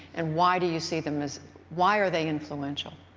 and why do you see them as why are they influential?